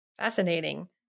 Fascinating